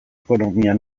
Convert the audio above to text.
ekonomia